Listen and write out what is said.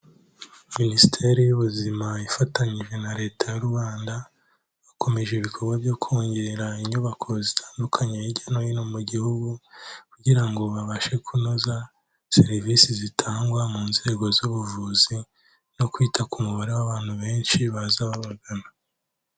Minisiteri y'Ubuzima ifatanyije na Leta y'u Rwanda, bakomeje ibikorwa byo kongera inyubako zitandukanye hirya no hino mu gihugu kugira ngo babashe kunoza serivisi zitangwa mu nzego z'ubuvuzi, no kwita ku mubare w'abantu benshi baza babagana.